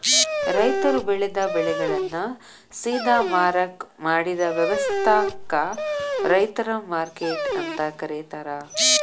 ರೈತರು ಬೆಳೆದ ಬೆಳೆಗಳನ್ನ ಸೇದಾ ಮಾರಾಕ್ ಮಾಡಿದ ವ್ಯವಸ್ಥಾಕ ರೈತರ ಮಾರ್ಕೆಟ್ ಅಂತ ಕರೇತಾರ